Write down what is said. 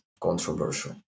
controversial